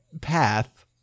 path